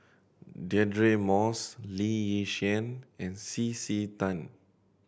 Deirdre Moss Lee Yi Shyan and C C Tan